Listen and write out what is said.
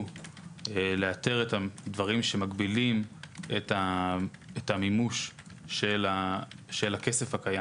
לאתר את הדברים שמגבילים את המימוש של הכסף הקיים,